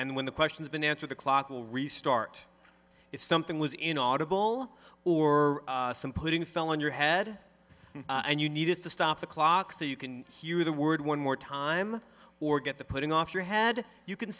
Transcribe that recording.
and when the question's been answered the clock will restart if something was inaudible or some putting fell on your head and you needed to stop the clock so you can hear the word one more time or get the putting off you had you can